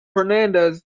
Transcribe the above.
hernandez